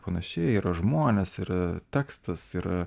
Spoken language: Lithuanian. panašiai yra žmonės yra tekstas yra